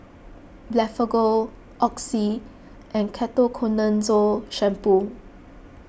Blephagel Oxy and Ketoconazole Shampoo